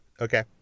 Okay